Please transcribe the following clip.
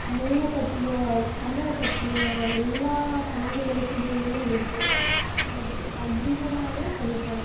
மொழியை பற்றியும் அது தமிழை பற்றியும் நான் எல்லா சங்க இலக்கியங்கள்லேயுமே அது இருக்குது அதை பற்றி அதிகமாகவே சொல்லியிருக்காங்க